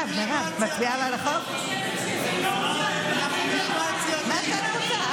מה שאת רוצה.